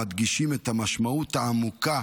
שמדגישים את המשמעות העמוקה